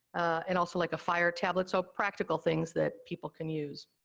and also like a fire tablet, so, practical things that people can use.